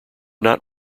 not